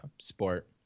sport